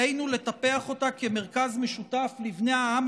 עלינו לטפח אותה כמרכז משותף לבני העם